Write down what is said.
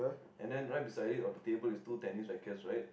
and then right beside it on the table is two tennis rackets right